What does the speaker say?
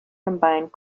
combined